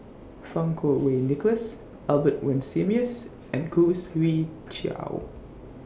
Fang Kuo Wei Nicholas Albert Winsemius and Khoo Swee Chiow